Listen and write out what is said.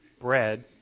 bread